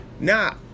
Now